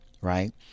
right